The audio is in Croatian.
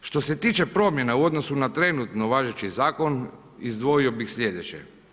Što se tiče promjena u odnosu na trenutno važeći zakon, izdvojio bih slijedeće.